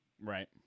Right